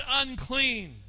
unclean